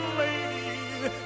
lady